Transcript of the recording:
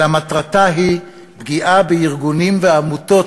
אלא מטרתה היא פגיעה בארגונים ובעמותות